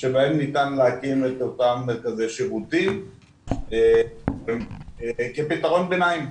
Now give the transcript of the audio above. שבהם ניתן להקים את אותם מרכזי שירותים כפתרון ביניים.